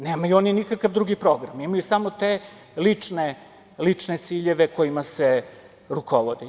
Nemaju oni nikakav drugi program, imaju samo te lične ciljeve kojima se rukovode.